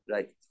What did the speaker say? Right